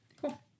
Cool